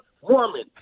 woman